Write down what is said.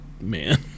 man